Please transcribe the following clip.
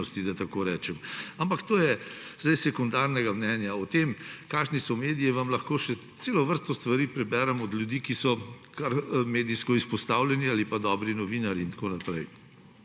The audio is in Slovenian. da tako rečem, ampak to je zdaj sekundarnega mnenja. O tem, kakšni so mediji, vam lahko še celo vrsto stvari preberem od ljudi, ki so kar medijsko izpostavljeni ali pa dobri novinarji. In da zdaj